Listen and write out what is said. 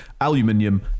aluminium